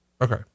Okay